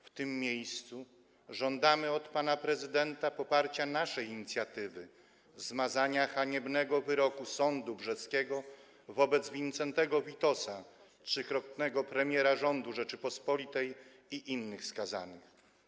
W tym miejscu żądamy od pana prezydenta poparcia naszej inicjatywy zmazania haniebnego wyroku sądu brzeskiego wobec Wincentego Witosa, trzykrotnego premiera rządu Rzeczypospolitej, i innych skazanych.